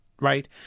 Right